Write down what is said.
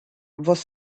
was